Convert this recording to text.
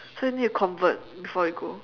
so you need to convert before you go